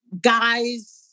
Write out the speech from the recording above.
guys